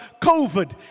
COVID